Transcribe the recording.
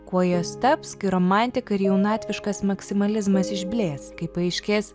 kuo jos taps kai romantika ir jaunatviškas maksimalizmas išblės kai paaiškės